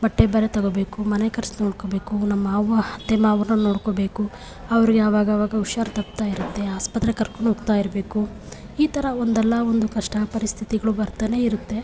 ಬಟ್ಟೆ ಬರೆ ತೊಗೊಬೇಕು ಮನೆ ಖರ್ಚು ನೋಡ್ಕೊಬೇಕು ನಮ್ಮ ಮಾವ ಅತ್ತೆ ಮಾವನ್ನೂ ನೋಡ್ಕೊಬೇಕು ಅವ್ರಿಗೆ ಆವಾಗಾವಾಗ ಹುಷಾರ್ ತಪ್ತಾಯಿರುತ್ತೆ ಆಸ್ಪತ್ರೆಗೆ ಕರ್ಕೊಂಡ್ಹೋಗ್ತಾಯಿರ್ಬೇಕು ಈಥತರ ಒಂದಲ್ಲ ಒಂದು ಕಷ್ಟದ ಪರಿಸ್ಥಿತಿಗಳು ಬರ್ತಲೇ ಇರುತ್ತೆ